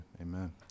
Amen